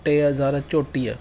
टे हज़ार चोटीह